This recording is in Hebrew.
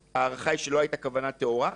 אבל ההערכה היא שלא הייתה כוונה טהורה.